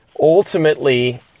ultimately